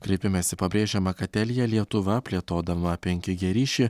kreipimesi pabrėžiama kad telia lietuva plėtodama penki g ryšį